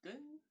then